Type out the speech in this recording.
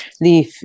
leave